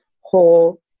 whole